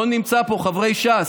חברי ש"ס,